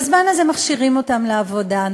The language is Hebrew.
בזמן הזה מכשירים אותם לעבודה,